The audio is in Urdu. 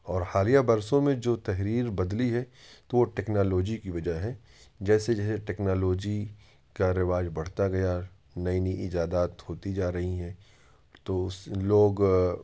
اور حالیہ برسوں میں جو تحریر بدلی ہے تو وہ ٹکنالوجی کی وجہ ہے جیسے جیسے ٹکنالوجی کا رواج بڑھتا گیا نئی نئی ایجادات ہوتی جا رہی ہیں تو اس لوگ